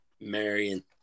Marion